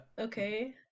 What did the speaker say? Okay